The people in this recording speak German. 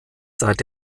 seit